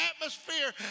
atmosphere